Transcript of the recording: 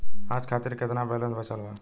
आज खातिर केतना बैलैंस बचल बा?